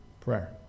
prayer